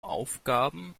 aufgaben